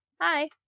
Hi